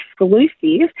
exclusive